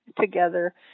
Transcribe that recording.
together